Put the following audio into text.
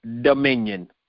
dominion